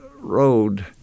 road